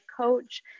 coach